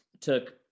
took